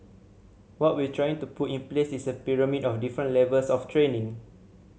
what we're trying to put in place is a pyramid of different levels of training